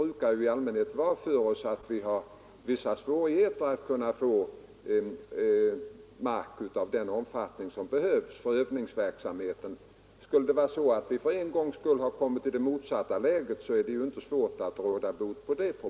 I allmänhet är problemet att vi har vissa svårigheter att få tag på mark av den omfattning som behövs för övningsverksamheten. Skulle vi nu för en gångs skull ha kommit i det motsatta läget är det inte svårt att råda bot på detta.